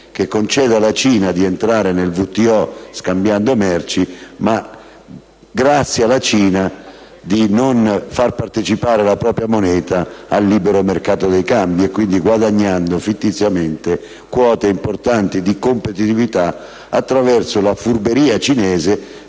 merci, senza far partecipare la propria moneta al libero mercato dei cambi, guadagnando fittiziamente quote importanti di competitività attraverso la furberia di